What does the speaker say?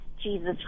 Jesus